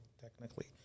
technically